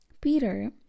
Peter